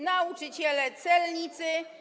nauczyciele, celnicy.